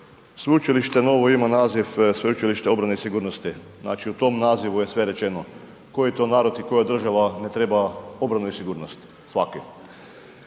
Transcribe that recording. Sveučilište novo ima naziv Sveučilište obrane i sigurnosti, znači u tom nazivu je sve rečeno. Koji to narod i koja država ne treba obranu i sigurnost? Svaki.